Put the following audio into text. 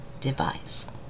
device